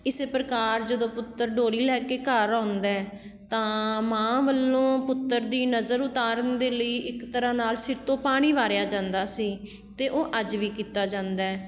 ਇਸ ਪ੍ਰਕਾਰ ਜਦੋਂ ਪੁੱਤਰ ਡੋਲੀ ਲੈ ਕੇ ਘਰ ਆਉਂਦਾ ਤਾਂ ਮਾਂ ਵੱਲੋਂ ਪੁੱਤਰ ਦੀ ਨਜ਼ਰ ਉਤਾਰਨ ਦੇ ਲਈ ਇੱਕ ਤਰ੍ਹਾਂ ਨਾਲ ਸਿਰ ਤੋਂ ਪਾਣੀ ਵਾਰਿਆ ਜਾਂਦਾ ਸੀ ਅਤੇ ਉਹ ਅੱਜ ਵੀ ਕੀਤਾ ਜਾਂਦਾ